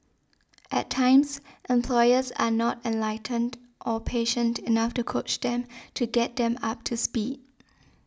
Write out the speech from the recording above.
at times employers are not enlightened or patient enough to coach them to get them up to speed